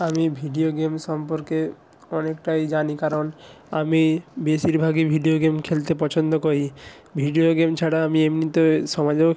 আমি video game সম্পর্কে অনেকটাই জানি কারণ আমি বেশিরভাগই ভিডিও গেম খেলতে পছন্দ করি ভিডিও গেম ছাড়া আমি এমনিতে সমাজেও